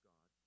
God